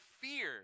fear